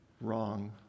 wrong